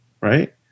right